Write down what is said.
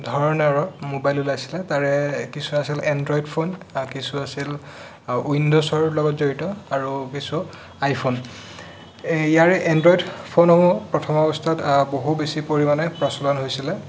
ধৰণৰ মোবাইল ওলাইছিলে তাৰে কিছু আছিল এনড্ৰইড ফোন কিছু আছিল ৱিনড'জৰ লগত জড়িত আৰু কিছু আইফোন ইয়াৰে এনড্ৰইড ফোনসমূহ প্ৰথম অৱস্থাত বহু বেছি পৰিমাণে প্ৰচলন হৈছিলে